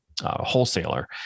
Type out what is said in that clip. wholesaler